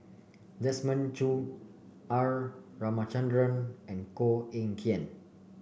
Desmond Choo R Ramachandran and Koh Eng Kian